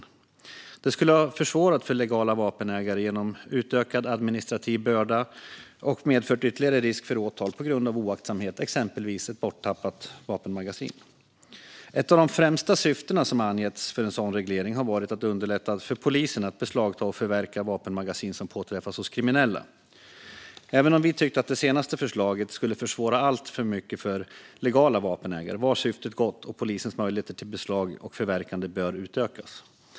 Detta skulle ha försvårat för legala vapenägare genom utökad administrativ börda och medfört ytterligare risk för åtal på grund av oaktsamhet, exempelvis på grund av ett borttappat vapenmagasin. Ett av de främsta syften som angetts för en sådan reglering har varit att underlätta för polisen att beslagta och förverka vapenmagasin som påträffas hos kriminella. Även om vi tyckte att det senaste förslaget skulle försvåra alltför mycket för legala vapenägare var syftet gott, och polisens möjligheter till beslag och förverkande bör utökas.